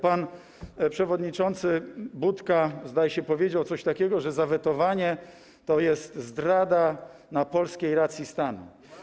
Pan przewodniczący Budka, zdaje się, powiedział coś takiego, że zawetowanie to jest zdrada polskiej racji stanu.